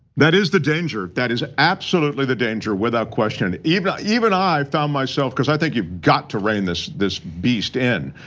that is the danger that is absolutely the danger without question even ah even i found myself cuz i think you've got to rein this this beast in.